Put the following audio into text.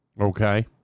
Okay